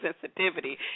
sensitivity